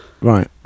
right